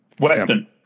Western